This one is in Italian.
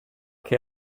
che